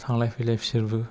थांलाय फैलाय बिसोरबो